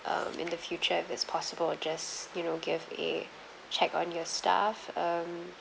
um in the future if it's possible just you know give a check on your staff um